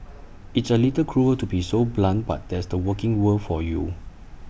it's A little cruel to be so blunt but that's the working world for you